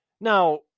Now